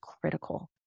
critical